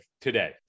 today